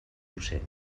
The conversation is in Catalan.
docent